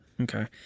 okay